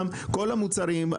כל המוצרים.